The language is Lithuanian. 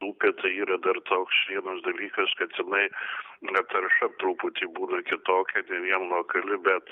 upė tai yra dar toks vienas dalykas kad jinai na tarša truputį būna kitokia ne vien lokali bet